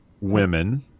women